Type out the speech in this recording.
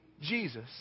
jesus